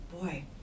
boy